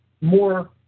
more